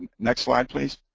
next slide, please.